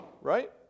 Right